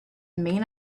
main